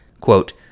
quote